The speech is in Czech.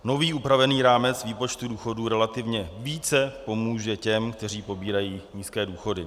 Nový upravený rámec výpočtu důchodů relativně více pomůže těm, kteří pobírají nízké důchody.